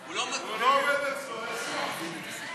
נציגי הכנסת בוועדה לבחירת שופטים),